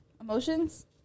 Emotions